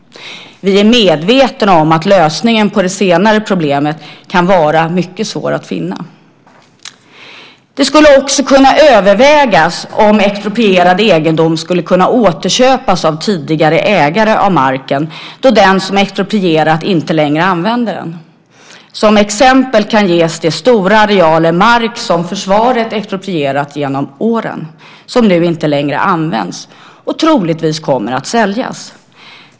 Vi är medvetna om att lösningen på det senare problemet kan vara mycket svår att finna. Det skulle också kunna övervägas om exproprierad egendom skulle kunna återköpas av tidigare ägare av marken då den som exproprierat inte längre använder den. Som exempel kan ges de stora arealer mark som försvaret exproprierat genom åren, som nu inte längre används och troligtvis kommer att säljas.